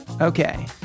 Okay